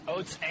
Oats